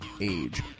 age